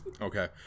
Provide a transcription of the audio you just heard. Okay